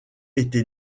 été